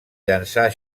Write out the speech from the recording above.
llançar